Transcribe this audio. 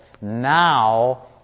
now